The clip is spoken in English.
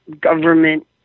government